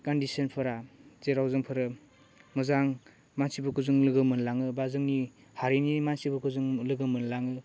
कनडिसनफोरा जेराव जोंफोरो मोजां मानसिफोरखौ जोङो लोगो मोनलाङो बा जोंनि हारिनि मानसिफोरखौ जों लोगो मोनलाङो